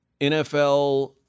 NFL